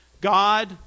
God